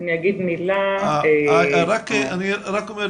רק אומר,